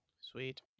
Sweet